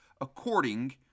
according